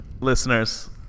listeners